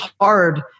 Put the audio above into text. hard